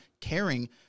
caring